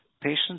Patients